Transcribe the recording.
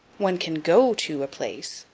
one can go to a place,